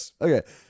Okay